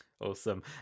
Awesome